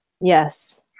Yes